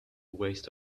waste